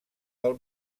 del